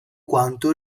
quanto